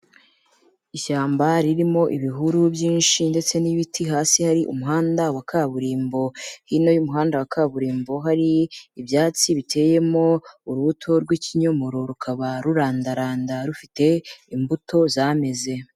Ishyamba ririmo ibihuru byinshi ndetse n'ibiti hasi hari umuhanda wa kaburimbo, hino y'umuhanda wa kaburimbo hari ibyatsi biteyemo urubuto rw'ikinyomoro rukaba rurandaranda rufite imbuto zameze.